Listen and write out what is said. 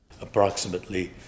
Approximately